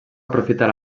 aprofitar